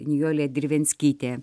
nijolė drivenskytė